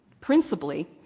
principally